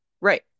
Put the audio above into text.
right